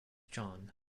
john